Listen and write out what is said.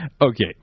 Okay